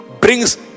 Brings